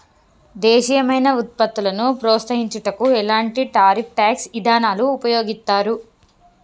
దేశీయమైన వృత్పత్తులను ప్రోత్సహించుటకు ఎలాంటి టారిఫ్ ట్యాక్స్ ఇదానాలు ఉపయోగిత్తారు